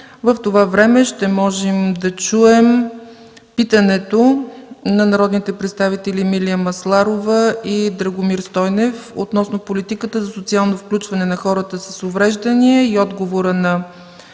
В това време ще можем да чуем питането на народните представители Емилия Масларова и Драгомир Стойнев относно политиката за социално включване на хората с увреждания и отговора на